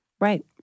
right